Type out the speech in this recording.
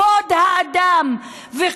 מה שנשאר מכבוד האדם וחירותו,